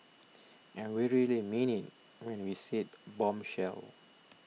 and we really mean it when we said bombshell